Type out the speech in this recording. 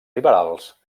liberals